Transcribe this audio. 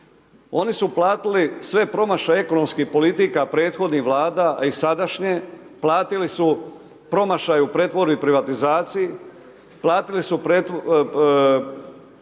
Oni su platili sve promašaje ekonomskih politika prethodnih vlada, a i sadašnje, platili su promašaj u pretvorbi privatizaciji, platili su